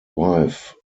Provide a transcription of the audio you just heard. wife